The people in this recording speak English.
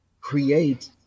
create